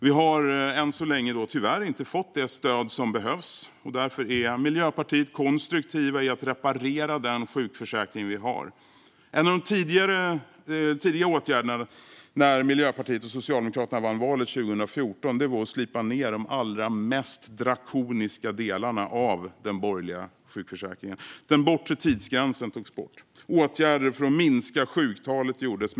Vi har än så länge tyvärr inte fått det stöd som behövs, och därför är Miljöpartiet konstruktiva i att reparera den sjukförsäkring vi har. En av de tidiga åtgärderna när Miljöpartiet och Socialdemokraterna vann valet 2014 var att slipa ned de allra mest drakoniska delarna av den borgerliga sjukförsäkringen. Den bortre tidsgränsen togs bort. Åtgärder för att minska sjuktalet vidtogs.